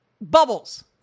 Bubbles